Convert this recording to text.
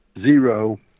zero